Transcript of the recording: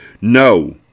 No